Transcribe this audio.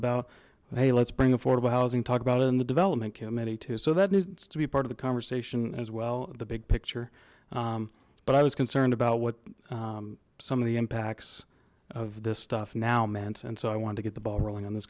about hey let's bring affordable housing talk about it in the development committee too so that needs to be part of the conversation as well of the big picture but i was concerned about what some of the impacts of this stuff now meant and so i wanted to get the ball rolling on this